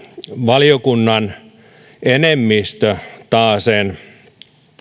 valiokunnan enemmistö taasen